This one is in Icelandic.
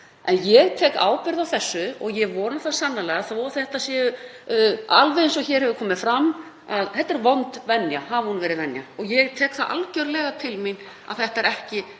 En ég tek ábyrgð á þessu og ég vona svo sannarlega, þótt þetta sé, alveg eins og hér hefur komið fram, vond venja, hafi þetta verið venja — og ég tek það algjörlega til mín að þetta er ekki